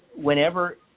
Whenever